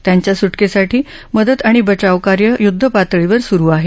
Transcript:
त्यांच्या सुटकेसाठी मदत आणि बचाव कार्य युद्ध पातळीवर सुरु आहे